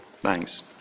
Thanks